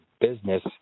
business